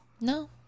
No